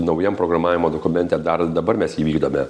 naujam programavimo dokumente dar ir dabar mes vykdome